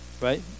Right